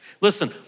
Listen